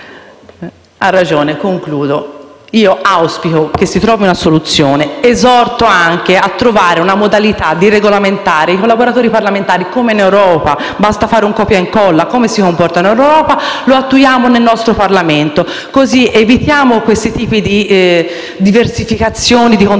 Presidente, concludo. Auspico che si trovi una soluzione, esorto anche a trovare una modalità di regolamentare i collaboratori parlamentari come in Europa. Basta fare un copia e incolla: come si fa in Europa così facciamo nel nostro Parlamento, così evitiamo questo tipo di diversificazione dei contratti